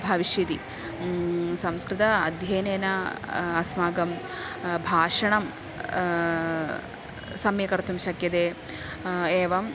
भविष्यति संस्कृत अध्ययनेन अस्माकं भाषाणां सम्यक् कर्तुं शक्यते एवम्